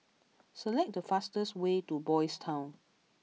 select the fastest way to Boys' Town